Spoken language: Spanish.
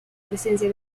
presencia